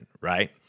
right